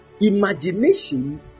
imagination